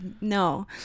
no